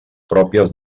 pròpies